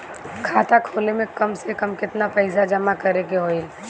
खाता खोले में कम से कम केतना पइसा जमा करे के होई?